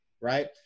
right